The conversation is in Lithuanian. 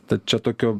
tad čia tokio